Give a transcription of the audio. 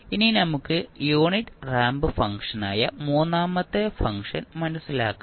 ഇനി നമുക്ക് unit ramp ഫംഗ്ഷനായ മൂന്നാമത്തെ ഫംഗ്ഷൻ മനസ്സിലാക്കാം